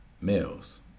males